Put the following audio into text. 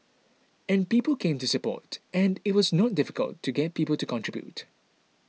and people came to support and it was not difficult to get people to contribute